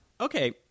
okay